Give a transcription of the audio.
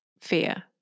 fear